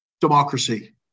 democracy